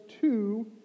two